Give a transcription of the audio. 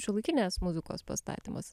šiuolaikinės muzikos pastatymus